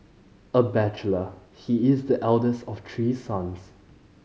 a bachelor he is the eldest of three sons